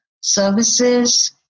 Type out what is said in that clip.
services